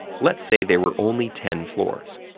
let's say there were only ten floors.